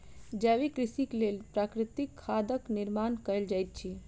जैविक कृषिक लेल प्राकृतिक खादक निर्माण कयल जाइत अछि